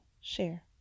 share